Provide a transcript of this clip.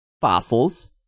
fossils